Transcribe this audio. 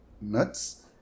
Nuts